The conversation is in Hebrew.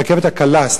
הרכבת הקלה,